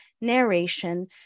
narration